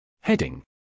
Heading